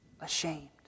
ashamed